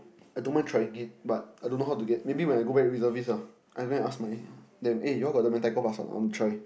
I don't mind trying it but I don't know how to get maybe when I go back reservist ah I go and ask them eh you got the Mentaiko Pasta or not I want to try